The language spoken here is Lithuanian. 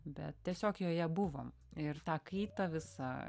bet tiesiog joje buvom ir tą kaitą visą